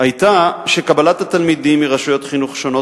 היתה שקבלת התלמידים מרשויות חינוך שונות